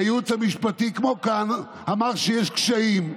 הייעוץ המשפטי, כמו כאן, אמר שיש קשיים,